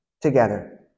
together